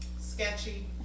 sketchy